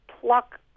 pluck